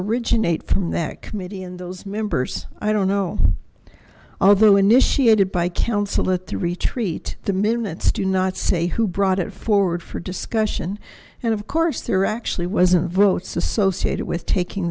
originate from that committee and those members i don't know although initiated by counsel at the retreat the minutes do not say who brought it forward for discussion and of course there are actually wasn't votes associated with taking